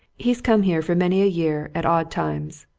he's come here for many a year, at odd times.